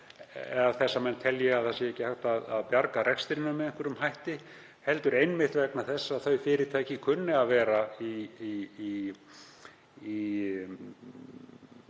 vegna þess að menn telji að ekki sé hægt að bjarga rekstrinum með einhverjum hætti, heldur einmitt vegna þess að þau fyrirtæki kunni að vera í